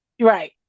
right